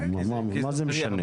מאיפה הוא בא?